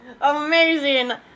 Amazing